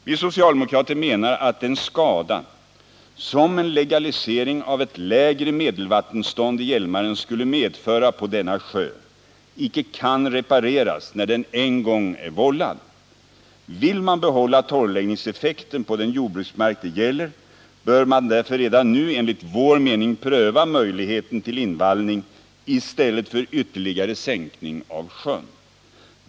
Vi socialdemokrater menar att den skada som en legalisering av ett lägre medelvattenstånd i Hjälmaren skulle medföra på denna sjö icke kan repareras när den en gång är vållad. Vill man behålla torrläggningseffekten på den jordbruksmark det gäller, bör man därför redan nu enligt vår mening pröva möjligheten till invallning i stället för ytterligare sänkning av sjön.